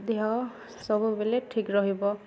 ଦେହ ସବୁବେଳେ ଠିକ୍ ରହିବ